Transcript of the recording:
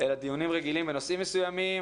אלא דיונים רגילים בנושאים מסוימים,